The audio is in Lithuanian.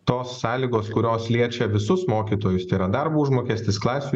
tos sąlygos kurios liečia visus mokytojus tai yra darbo užmokestis klasių